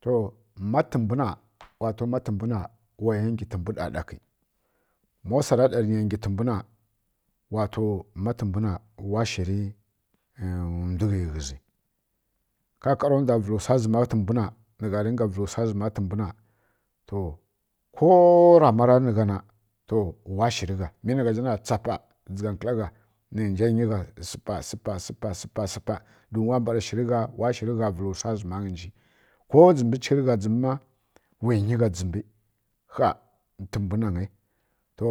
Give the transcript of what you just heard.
To ma tǝmbwu na wato ma tǝmbwu na waya ngi tǝmbwu ɗaɗakǝ ma wsara ɗa niya ngi tǝmbwu na wato ma tǝmbwu na wato wa shǝri ndwughi ghǝzi ƙaƙara ndwa vǝlǝ wsa zǝma tǝmbwu na nǝgha ringa vǝli wsa zǝma tǝmbwu na to ko rama ra nǝ gha na to wa shǝrǝ gha mɨ nǝgha zha na tsapaˈ wa dzǝgha nkǝla gha wgui nǝnja nyi gha spa spa spa spa spa don wa mbara shǝrǝ gha wa shǝrǝ gha na vǝlu wsa zǝma ghǝnji ko dzǝmbi chighǝ righa dzǝmbǝ ma wi nyi gha dzǝmbi kha tǝmbwu na ngye to